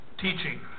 Teaching